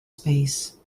space